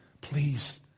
Please